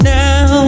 now